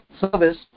service